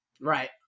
Right